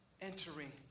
entering